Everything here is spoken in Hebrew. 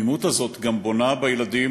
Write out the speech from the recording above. התמימות הזאת גם בונה בילדים,